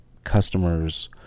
customers